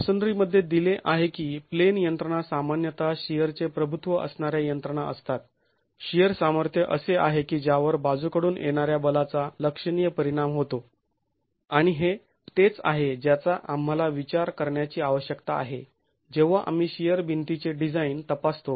मॅसोनरीमध्ये दिले आहे की प्लेन यंत्रणा सामान्यत शिअरचे प्रभुत्व असणाऱ्या यंत्रणा असतात शिअर सामर्थ्य असे आहे की ज्यावर बाजूकडून येणाऱ्या बलाचा लक्षणीय परिणाम होतो आणि हे तेच आहे ज्याचा आम्हाला विचार करण्याची आवश्यकता आहे जेव्हा आम्ही शिअर भिंतीचे डिझाईन तपासतो